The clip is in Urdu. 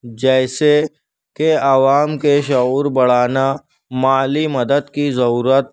جیسے کہ عوام کے شعور بڑھانا مالی مدد کی ضرورت